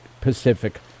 Pacific